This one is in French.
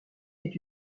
est